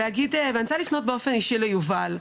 אני רוצה לפנות באופן אישי ליובל,